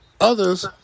others